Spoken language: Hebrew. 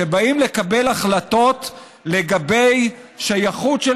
כשבאים לקבל החלטות לגבי שייכות של